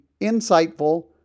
insightful